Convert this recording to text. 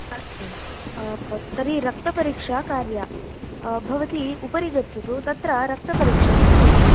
अस्तु तर्हि रक्तपरीक्षा कार्या भवती उपरि गच्छतु तत्र रक्तपरीक्षां कुर्वन्ति